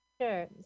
Sure